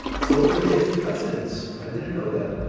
so there is precedence. i didn't know that.